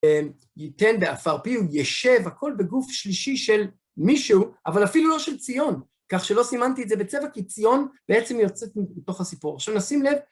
ייתן בעפר פיו, יישב, הכל בגוף שלישי של מישהו, אבל אפילו לא של ציון. כך שלא סימנתי את זה בצבע, כי ציון בעצם יוצאת מתוך הסיפור. עכשיו נשים לב.